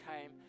came